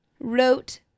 wrote